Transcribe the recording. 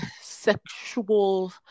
sexual